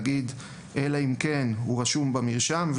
ונגיד שאלא אם כן הוא רשום במרשם,